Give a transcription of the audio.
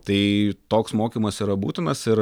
tai toks mokymas yra būtinas ir